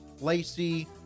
Lacey